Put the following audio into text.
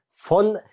von